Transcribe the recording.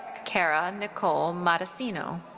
kara nicole matassino.